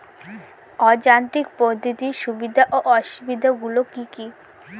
অযান্ত্রিক পদ্ধতির সুবিধা ও অসুবিধা গুলি কি কি?